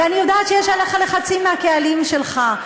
ואני יודעת שיש עליך לחצים מהקהלים שלך.